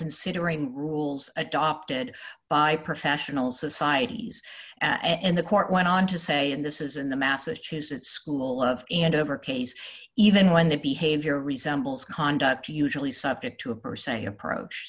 considering rules adopted by professional societies and the court went on to say and this is in the massachusetts school of andover case even when their behavior resembles conduct usually subject to a person approach